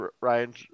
Ryan